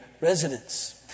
residents